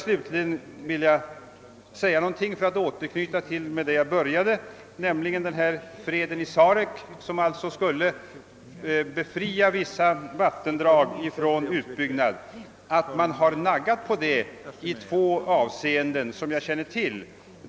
Slutligen vill jag återknyta till vad jag började med, nämligen freden i Sarek som alltså innebar att man skulle befria vissa vattendrag från utbyggnad. Nu har man naggat på »fredsfördraget» i två avseenden som jag känner till.